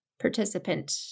participant